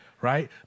right